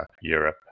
Europe